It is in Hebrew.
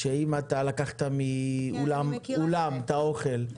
אם לוקחים מאולם את האוכל,